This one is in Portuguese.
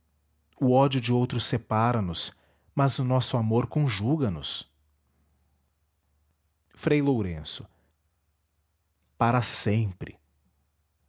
o ódio de outros separa nos mas o nosso amor conjuga nos frei lourenço para sempre